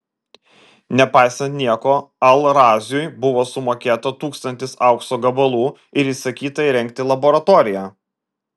nepaisant nieko al raziui buvo sumokėta tūkstantis aukso gabalų ir įsakyta įrengti laboratoriją